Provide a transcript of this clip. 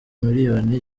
miliyoni